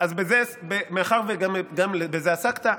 אז מאחר שגם בזה עסקת,